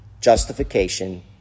Justification